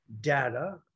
data